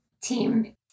team